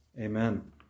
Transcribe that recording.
Amen